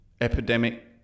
epidemic